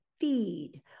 feed